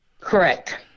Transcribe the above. Correct